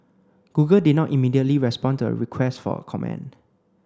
Google did not immediately respond to a request for a comment